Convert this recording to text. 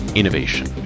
innovation